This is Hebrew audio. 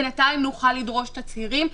בינתיים נוכל לדרוש תצהירים?